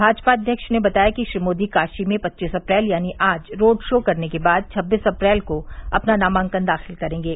भाजपा अध्यक्ष ने बताया कि श्री मोदी काशी में पच्चीस अप्रैल यानी आज रोड शो करने के बाद छब्बीस अप्रैल को अपना नामांकन दाखिल करेंगे